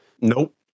nope